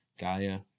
Gaia